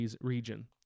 region